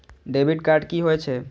Debit card की होय छे?